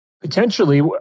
Potentially